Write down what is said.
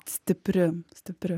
stipri stipri